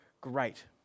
great